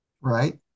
Right